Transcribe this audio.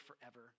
forever